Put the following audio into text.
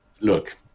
look